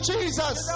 Jesus